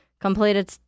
completed